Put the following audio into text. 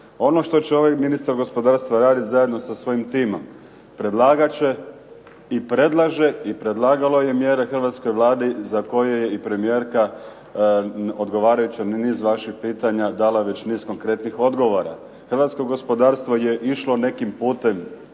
Ono što će novi ministar gospodarstva raditi sa svojim timom predlagat će i predlaže i predlagalo je mjere hrvatskoj Vladi za koje je i premijerka odgovarajući na niz vaših pitanja dala već niz konkretnih odgovora. Hrvatsko gospodarstvo je išlo nekim putem